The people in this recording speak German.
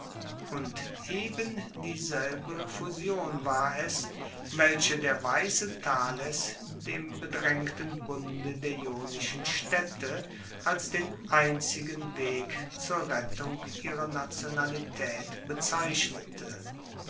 und eben dieselbe fusion war es welche der weise thales dem bedraengten bunde der ionischen staedte als den einzigen weg zur rettung ihrer nationalitaet bezeichnete